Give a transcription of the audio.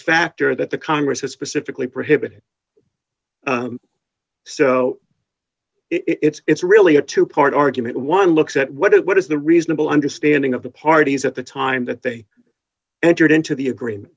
factor that the congress has specifically prohibited so it's really a two part argument one looks at what it what is the reasonable understanding of the parties at the time that they entered into the agreement